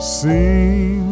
seem